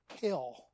kill